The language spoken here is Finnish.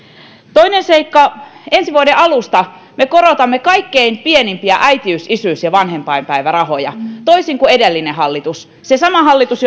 toinen seikka ensi vuoden alusta me korotamme kaikkein pienimpiä äitiys isyys ja vanhempainpäivärahoja toisin kuin edellinen hallitus se sama hallitus